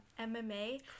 mma